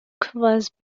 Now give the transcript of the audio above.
covers